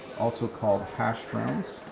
also called hash browns.